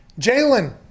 Jalen